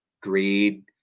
greed